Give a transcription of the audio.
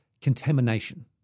contamination